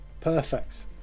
Perfect